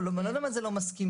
לא, מה זה לא מסכימים?